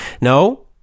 No